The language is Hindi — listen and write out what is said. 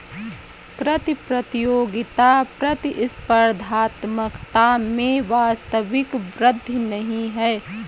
कर प्रतियोगिता प्रतिस्पर्धात्मकता में वास्तविक वृद्धि नहीं है